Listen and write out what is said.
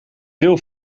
veel